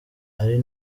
ari